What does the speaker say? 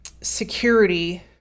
security